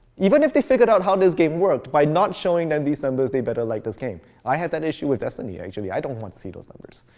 even if they figure out how this game worked, by not showing them these numbers, they better like this game. i have that issue with destiny, actually. i don't want to see those numbers.